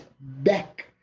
back